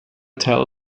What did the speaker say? tell